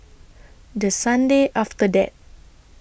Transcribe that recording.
The Sunday after that